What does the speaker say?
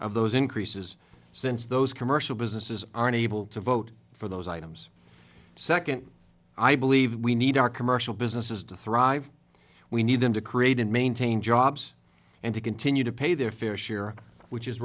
of those increases since those commercial businesses are unable to vote for those items second i believe we need our commercial businesses to thrive we need them to create and maintain jobs and to continue to pay their fair share which is